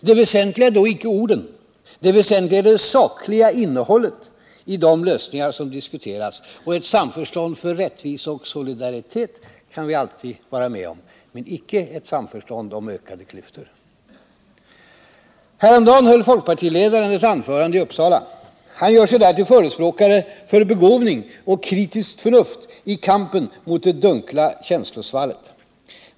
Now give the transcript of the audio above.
Det väsentliga är då icke orden, det väsentliga är det sakliga innehållet i de lösningar som diskuteras. Ett samförstånd för rättvisa och solidaritet kan vi alltid vara med om, men icke ett samförstånd om ökade klyftor. Häromdagen höll folkpartiledaren ett anförande i Uppsala. Han gör sig där till förespråkare för begåvning och kritiskt förnuft i kampen mot det dunkla känslosvallet.